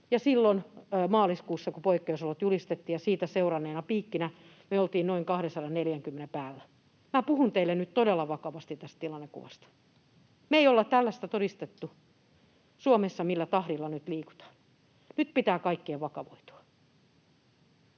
silloin maaliskuussa, kun poikkeusolot julistettiin, ja siitä seuranneena piikkinä me oltiin noin 240:n päällä. Minä puhun teille nyt todella vakavasti tästä tilannekuvasta. Me ei olla todistettu Suomessa tällaista, millä tahdilla nyt liikutaan. Nyt pitää kaikkien vakavoitua.